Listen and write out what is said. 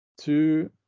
two